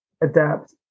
adapt